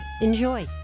Enjoy